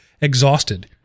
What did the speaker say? exhausted